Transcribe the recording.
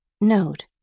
Note